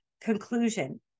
Conclusion